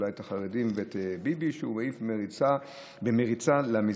אולי את החרדים ואת ביבי הוא יעיף במריצה למזבלה.